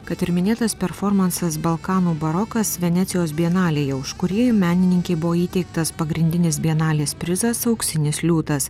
kad ir minėtas performansas balkanų barokas venecijos bienalėje už kurį menininkei buvo įteiktas pagrindinis bienalės prizas auksinis liūtas